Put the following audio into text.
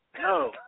No